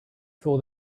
for